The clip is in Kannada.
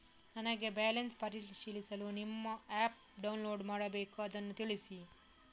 ನನಗೆ ಬ್ಯಾಲೆನ್ಸ್ ಪರಿಶೀಲಿಸಲು ನಿಮ್ಮ ಆ್ಯಪ್ ಡೌನ್ಲೋಡ್ ಮಾಡಬೇಕು ಅದನ್ನು ತಿಳಿಸಿ?